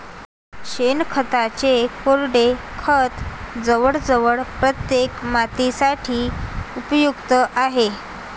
शेणखताचे कोरडे खत जवळजवळ प्रत्येक मातीसाठी उपयुक्त आहे